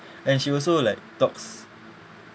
and she also like talks